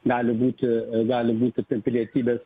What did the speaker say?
gali būti gali būti ten pilietybės